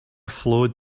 flowed